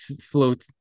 float